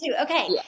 Okay